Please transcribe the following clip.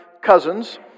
cousins